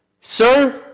Sir